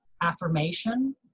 affirmation